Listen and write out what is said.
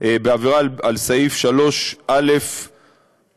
בעבירה על סעיף 3(א)(5א)